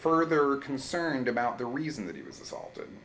further concerned about the reason that he was assaulted